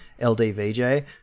LDVJ